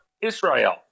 Israel